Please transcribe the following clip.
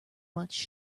much